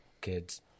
kids